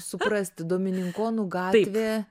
suprasti domininkonų gatvė